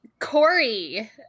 Corey